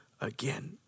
again